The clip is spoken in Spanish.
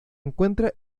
encuentra